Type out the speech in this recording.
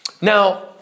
Now